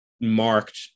marked